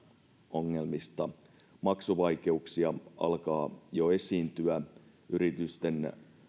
ongelmista maksuvaikeuksia alkaa jo esiintyä yritysten